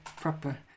proper